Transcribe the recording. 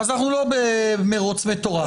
אז אנחנו לא במרוץ מטורף.